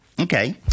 Okay